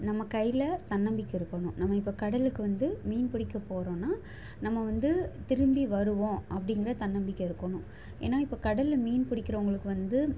நம்ம கையில் தன்னம்பிக்கை இருக்கணும் நம்ம இப்போ கடலுக்கு வந்து மீன் பிடிக்க போகிறோன்னா நம்ம வந்து திரும்பி வருவோம் அப்படிங்கற தன்னம்பிக்கை இருக்கணும் ஏன்னா இப்போ கடலில் மீன் பிடிக்கிறவங்களுக்கு வந்து